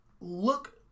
look